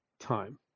time